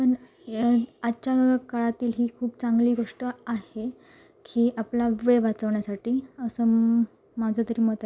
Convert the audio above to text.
पण आजच्या काळातील ही खूप चांगली गोष्ट आहे की आपला वेळ वाचवण्यासाठी असं माझं तरी मत आहे